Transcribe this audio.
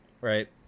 right